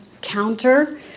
counter